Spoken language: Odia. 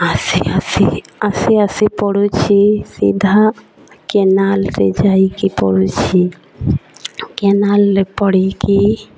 ଆସି ଆସି ଆସୁ ଆସୁ ପଡ଼ୁଛି ସିଧା କେନାଲ୍ରେ ଯାଇକି ପଡ଼ୁଛି କେନାଲ୍ରେ ପଡ଼ିକି